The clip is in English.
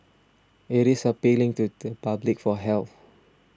it is appealing to the public for help